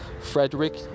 Frederick